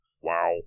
Wow